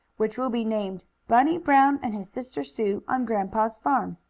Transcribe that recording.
which will be named bunny brown and his sister sue on grandpa's farm.